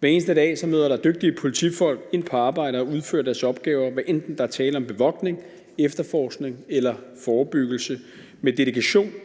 Hver eneste dag møder der dygtige politifolk ind på arbejde og udfører deres opgaver, hvad enten der er tale om bevogtning, efterforskning eller forebyggelse, med dedikation